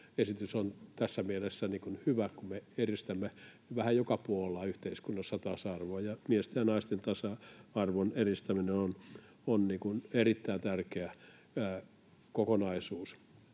esitys on tässä mielessä hyvä, kun me edistämme vähän joka puolella yhteiskunnassa tasa-arvoa ja miesten ja naisten tasa-arvon edistäminen on erittäin tärkeä kokonaisuus.